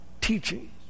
teaching